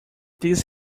this